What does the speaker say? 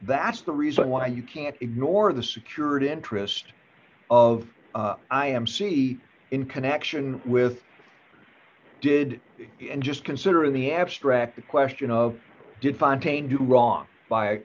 that's the reason why you can't ignore the secured interest of i m c in connection with did and just consider in the abstract the question of did find tainted wrong by